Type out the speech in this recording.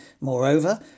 moreover